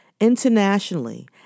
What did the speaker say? internationally